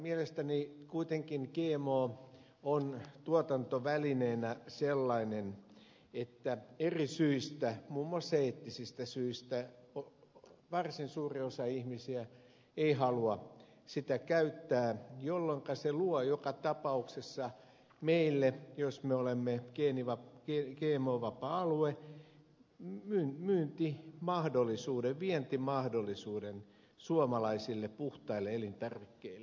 mielestäni kuitenkin gmo on tuotantovälineenä sellainen että eri syistä muun muassa eettisistä syistä varsin suuri osa ihmisiä ei halua sitä käyttää jolloinka se luo joka tapauksessa meille jos me olemme gmo vapaa alue myyntimahdollisuuden vientimahdollisuuden suomalaisille puhtaille elintarvikkeille